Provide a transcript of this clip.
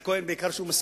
ככה מנהלים תקציב?